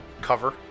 cover